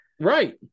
Right